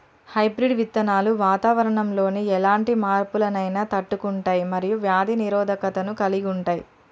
hybrid విత్తనాలు వాతావరణంలోని ఎలాంటి మార్పులనైనా తట్టుకుంటయ్ మరియు వ్యాధి నిరోధకతను కలిగుంటయ్